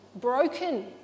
broken